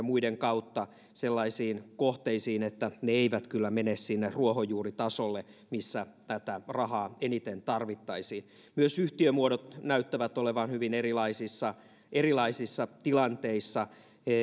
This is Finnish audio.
muiden kautta sellaisiin kohteisiin että ne eivät kyllä mene sinne ruohonjuuritasolle missä tätä rahaa eniten tarvittaisiin myös yhtiömuodot näyttävät olevan hyvin erilaisissa erilaisissa tilanteissa